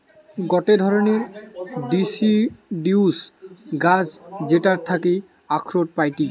গটে ধরণের ডিসিডিউস গাছ যেটার থাকি আখরোট পাইটি